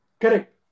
Correct